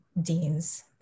deans